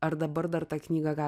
ar dabar dar tą knygą